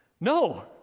No